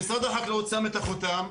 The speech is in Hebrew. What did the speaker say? משרד החקלאות שם את החותם,